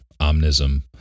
omnism